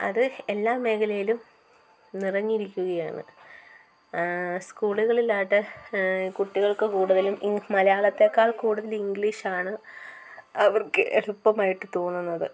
അത് എല്ലാ മേഖലയിലും നിറഞ്ഞിരിക്കുകയാണ് സ്കൂളുകളിലാകട്ടെ കുട്ടികൾക്ക് കൂടുതൽ മലയാളത്തേക്കാൾ കൂടുതൽ ഇംഗ്ലീഷാണ് അവർക്ക് എളുപ്പമായിട്ട് തോന്നുന്നത്